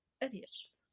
Idiots